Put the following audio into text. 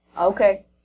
Okay